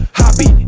hobby